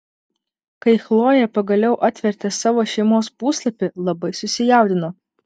kai chlojė pagaliau atvertė savo šeimos puslapį labai susijaudino